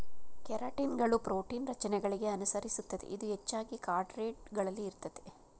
ಕೆರಾಟಿನ್ಗಳು ಪ್ರೋಟೀನ್ ರಚನೆಗಳಿಗೆ ಅನುಸರಿಸುತ್ತದೆ ಇದು ಹೆಚ್ಚಾಗಿ ಕಾರ್ಡೇಟ್ ಗಳಲ್ಲಿ ಇರ್ತದೆ